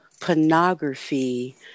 pornography